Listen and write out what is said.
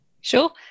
Sure